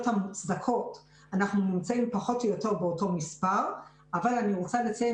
המוצדקות אנחנו נמצאים פחות או יותר באותו מספר אבל אני רוצה לציין